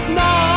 no